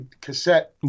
cassette